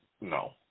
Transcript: no